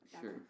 Sure